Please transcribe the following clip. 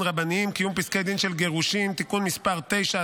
רבניים (קיום פסקי דין של גירושין) (תיקון מס' 9),